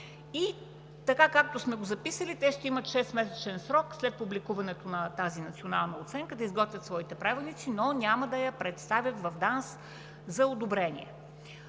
и така, както сме го записали, те ще имат 6-месечен срок след публикуването на тази национална оценка да изготвят своите правилници, но няма да я представят в Държавна агенция